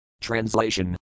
Translation